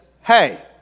hey